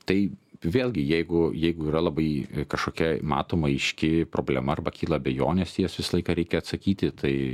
tai vėlgi jeigu jeigu yra labai kašokia matoma aiški problema arba kyla abejonės jas visą laiką reikia atsakyti tai